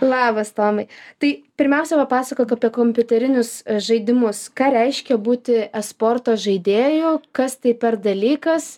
labas tomai tai pirmiausia papasakok apie kompiuterinius žaidimus ką reiškia būti esporto žaidėju kas tai per dalykas